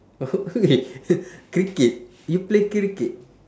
cricket you play cricket